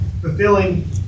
fulfilling